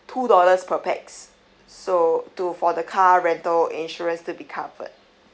two dollars per pax so to for the car rental insurance to be covered